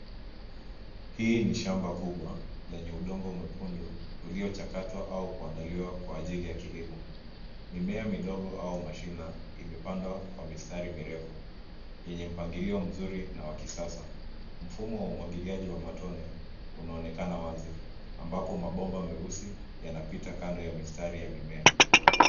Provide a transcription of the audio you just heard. Hii ni shamba kubwa lenye udongo mwekundu uliochakatwa au kuandaliwa kwa ajili ya kilimo. Mimea midogo au mashina imepandwa kwa mistari mirefu yenye mpangilio mzuri na wa kisasa. Mfumo wa umwagiliaji wa matone unaonekana wazi ambapo mabomba meusi yanapita kando ya mistari ya mimea.